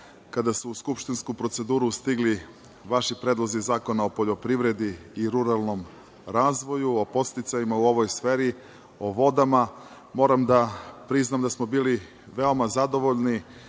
kada su u skupštinsku proceduru stigli vaši predlozi zakona o poljoprivredi i ruralnom razvoju, o podsticajima u ovoj sferi, o vodama, moram da priznam da smo bili veoma zadovoljni